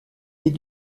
des